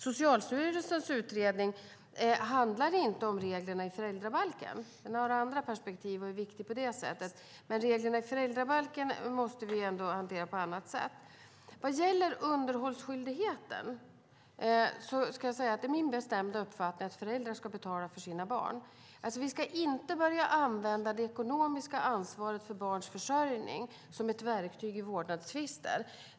Socialstyrelsens utredning handlar inte om reglerna i föräldrabalken. Den har andra perspektiv och är viktig på det sättet. Reglerna i föräldrabalken måste vi hantera på annat sätt. Vad gäller underhållsskyldigheten är min bestämda uppfattning att föräldrar ska betala för sina barn. Vi ska inte börja använda det ekonomiska ansvaret för barns försörjning som ett verktyg i vårdnadstvister.